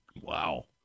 Wow